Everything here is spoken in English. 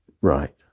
Right